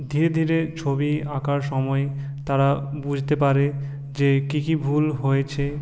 ধীরে ধীরে ছবি আঁকার সময় তারা বুঝতে পারে যে কী কী ভুল হয়েছে